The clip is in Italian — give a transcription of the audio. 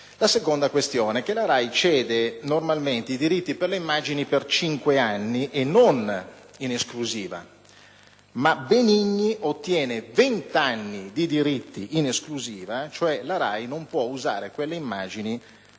La seconda questione è che la RAI cede normalmente i diritti per le immagini per cinque anni e non in esclusiva, ma Benigni ottiene vent'anni di diritti in esclusiva. Cioè, la RAI non può usare quelle immagini per l'*home